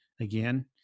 again